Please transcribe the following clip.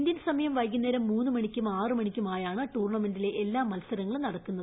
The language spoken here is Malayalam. ഇന്ത്യൻ സമയം വൈകുന്നേരം മൂന്നു മണിക്കും ആറുമണിക്കുമായാണ് ടൂർണമെന്റിലെ എല്ലാ മത്സരങ്ങളും നടക്കുന്നത്